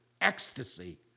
ecstasy